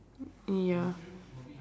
ya